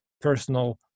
personal